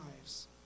lives